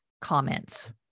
comments